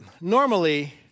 normally